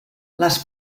les